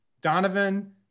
Donovan